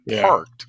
parked